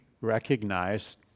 recognize